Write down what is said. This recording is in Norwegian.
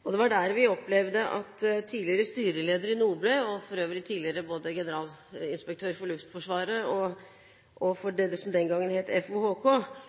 Det var der vi opplevde at tidligere styreleder i Noble, og for øvrig tidligere både generalinspektør for Luftforsvaret og sjef for